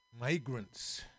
migrants